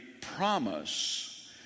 promise